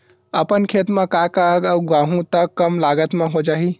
अपन खेत म का का उगांहु त कम लागत म हो जाही?